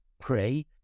pray